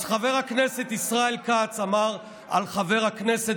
אז חבר הכנסת ישראל כץ אמר על חבר הכנסת